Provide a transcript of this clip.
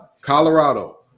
Colorado